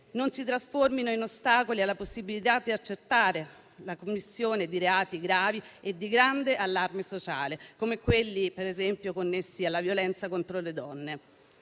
non si trasformino in ostacoli alla possibilità di accertare la commissione di reati gravi e di grande allarme sociale, come quelli, per esempio, connessi alla violenza contro le donne.